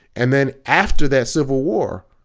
and then after that civil war,